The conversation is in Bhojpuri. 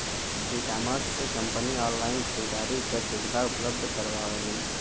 ईकॉमर्स से कंपनी ऑनलाइन खरीदारी क सुविधा उपलब्ध करावलीन